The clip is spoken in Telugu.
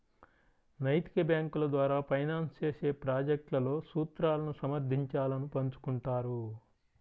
నైతిక బ్యేంకుల ద్వారా ఫైనాన్స్ చేసే ప్రాజెక్ట్లలో సూత్రాలను సమర్థించాలను పంచుకుంటారు